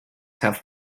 have